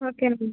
okay అండి